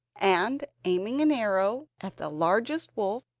and aiming an arrow at the largest wolf,